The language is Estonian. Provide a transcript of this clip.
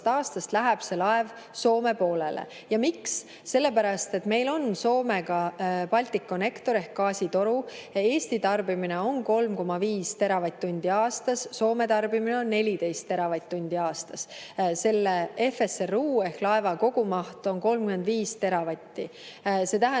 aastast läheb laev Soome poolele. Miks? Sellepärast, et meil on Soomega Balticconnector ehk gaasitoru. Eesti tarbimine on 3,5 teravatt-tundi aastas, Soome tarbimine on 14 teravatt-tundi aastas. Selle FSRU-laeva kogumaht on 35 teravatti. See tähendab